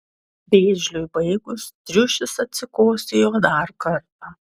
vėžliui baigus triušis atsikosėjo dar kartą